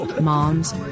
moms